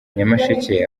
nyamasheke